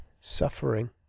suffering